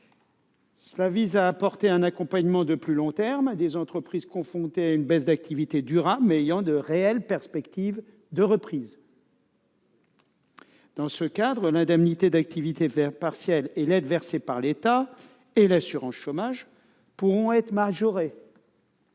Il vise à apporter un accompagnement de plus long terme à des entreprises confrontées à une baisse d'activité durable, mais disposant de réelles perspectives de reprise. Dans ce cadre, l'indemnité d'activité partielle et l'aide versée par l'État et l'assurance chômage pourront être majorées